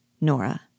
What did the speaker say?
Nora